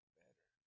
better